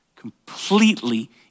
completely